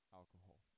alcohol